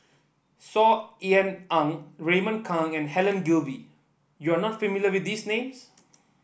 Saw Ean Ang Raymond Kang and Helen Gilbey you are not familiar with these names